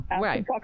right